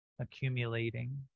accumulating